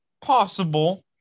Possible